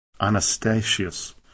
Anastasius